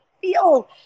feel